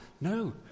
No